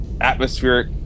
atmospheric